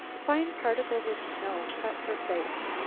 fine particles of snow cut her face.